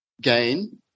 gain